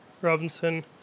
Robinson